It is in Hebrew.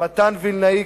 מתן וילנאי,